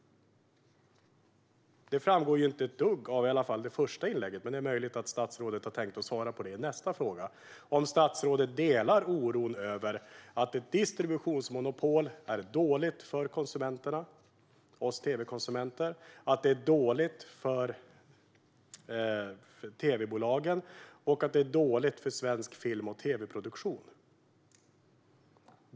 Det framgår inte ett dugg, i alla fall inte i det första inlägget, men det är möjligt att statsrådet har tänkt svara på det i nästa inlägg. Delar statsrådet oron över att ett distributionsmonopol är dåligt för oss tv-konsumenter, dåligt för tv-bolagen och dåligt för svensk film och tv-produktion?